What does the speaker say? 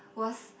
was